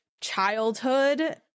childhood